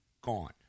gone